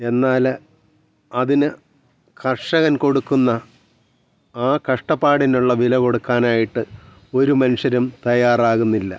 എന്നാൽ അതിന് കർഷകൻ കൊടുക്കുന്ന ആ കഷ്ടപ്പാടിനുള്ള വില കൊടുക്കാനായിട്ട് ഒരു മനുഷ്യരും തയ്യാറാകുന്നില്ല